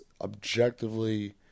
objectively